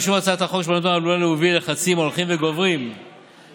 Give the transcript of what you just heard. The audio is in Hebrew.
אישור הצעת החוק שבנדון עלול להוביל ללחצים הולכים וגוברים לחקיקה